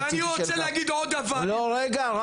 ואני רוצה להגיד עוד דבר -- לא רגע רפי,